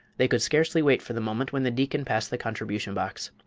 they could scarcely wait for the moment when the deacon passed the contribution box.